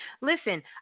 Listen